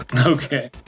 Okay